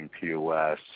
POS